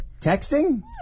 texting